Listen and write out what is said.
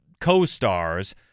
co-stars